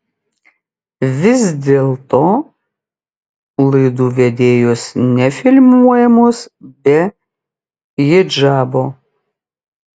vis dėlto laidų vedėjos nefilmuojamos be hidžabo